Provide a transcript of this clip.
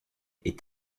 est